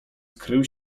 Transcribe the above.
skrył